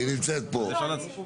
היא נמצאת פה?